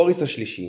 בוריס השלישי